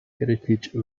heritage